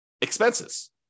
expenses